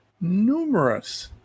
numerous